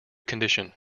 condition